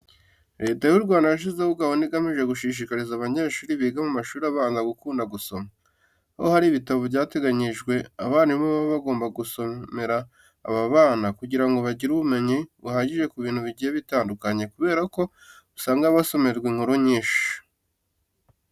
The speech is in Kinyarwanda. Leta y'u Rwanda yashyizeho gahunda igamije gushishikariza abanyeshuri biga mu mashuri abanza gukunda gusoma, aho hari ibitabo byateganyijwe abarimu baba bagomba gusomera aba bana kugira ngo bagire ubumenyi buhagije ku bintu bigiye bitandukanye kubera ko usanga basomerwa inkuru nyinshi.